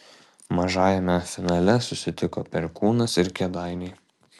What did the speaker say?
mažajame finale susitiko perkūnas ir kėdainiai